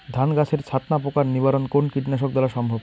ধান গাছের ছাতনা পোকার নিবারণ কোন কীটনাশক দ্বারা সম্ভব?